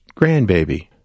grandbaby